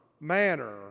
manner